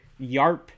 YARP